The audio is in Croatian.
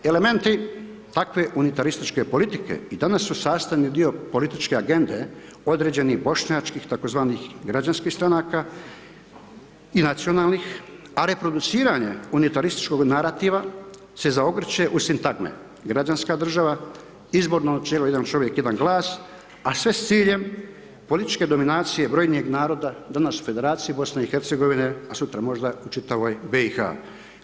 Elementi takve unitarističke politike i danas su sastavni dio političke agende određenih bošnjačkih tzv. građanskih stranaka i nacionalnih a reproduciranje unitarističkog narativa se zaogrće u sintagme građanska država, izborno načelo jedan čovjek, jedan glas a sve sa ciljem političke dominacije brojnijeg naroda danas Federacije BiH-a a sutra možda u čitavoj BiH-a.